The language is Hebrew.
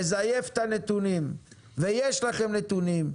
מזייף את הנתונים ויש לכם נתונים,